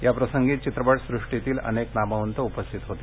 याप्रसंगी चित्रपट सुष्टीतील अनेक नामवंत उपस्थित होते